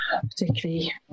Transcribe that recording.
particularly